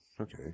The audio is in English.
Okay